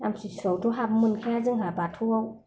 आमथिसुवायावथ' हाबनो मोनखाया जोंहा बाथौआव